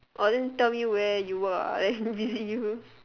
orh then tell me where you work ah I go visit you